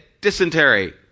dysentery